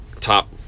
top